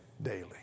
Daily